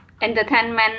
entertainment